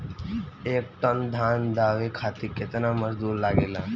एक टन धान दवावे खातीर केतना मजदुर लागेला?